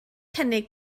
cynnig